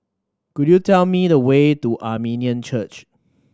could you tell me the way to Armenian Church